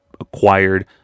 acquired